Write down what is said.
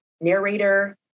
narrator